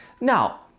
Now